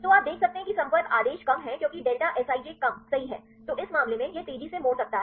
तो आप देख सकते हैं कि संपर्क आदेश कम है क्योंकि डेल्टा सिज़ कम सही है तो इस मामले में यह तेजी से मोड़ सकता है